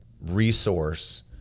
resource